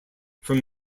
from